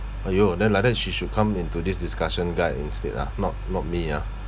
!aiyo! then like then she should come into this discussion guide instead ah not not me ah